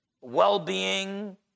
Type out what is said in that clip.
well-being